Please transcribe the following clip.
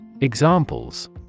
Examples